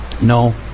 no